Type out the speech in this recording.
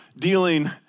Dealing